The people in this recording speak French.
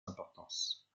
importance